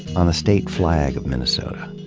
on the state flag of minnesota.